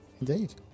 indeed